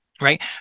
right